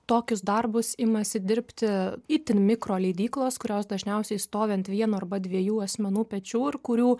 tokius darbus imasi dirbti itin mikroleidyklos kurios dažniausiai stovi ant vieno arba dviejų asmenų pečių ir kurių